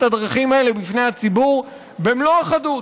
הדרכים האלה בפני הציבור במלוא החדות,